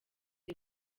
the